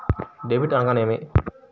Debit అనగానేమి?